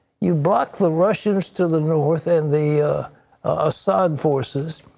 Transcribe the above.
you block the russians to the north and the assad forces,